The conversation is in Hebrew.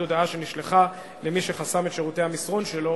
הודעה שנשלחה למי שחסם את שירותי המסרון שלו